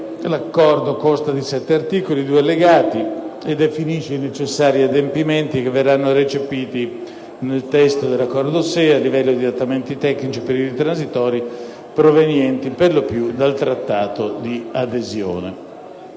l'Accordo consta di sette articoli e due allegati e definisce i necessari adempimenti che verranno recepiti nel testo dell'Accordo SEE, a livello di adattamenti tecnici e periodi transitori, provenienti per lo più dal Trattato di adesione.